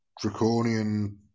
draconian